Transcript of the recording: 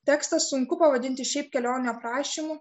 tekstą sunku pavadinti šiaip kelionių aprašymu